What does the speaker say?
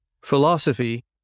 philosophy